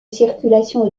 circulation